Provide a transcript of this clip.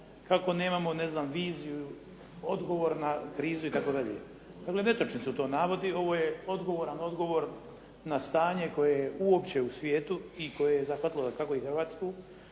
kako nemamo ne znam viziju, odgovor na krizu itd. Dakle, netočni su to navodi. Ovo je odgovoran odgovor na stanje koje je uopće u svijetu i koje je zahvatilo dakako i Hrvatsku.